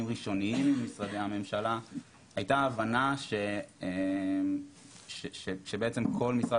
ראשוניים עם משרדי הממשלה הייתה הבנה שבעצם כל משרד